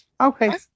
Okay